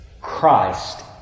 Christ